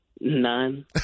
none